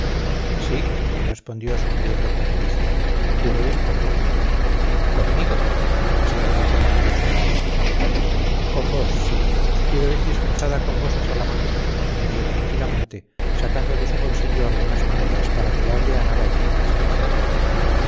sí me respondió sonriendo con malicia quiero ir con vos conmigo exclamé con la mayor sorpresa con vos sí quiero ir disfrazada con vos a salamanca añadió tranquilamente sacando de su bolsillo algunas monedas para que la aldeana la entendiese mejor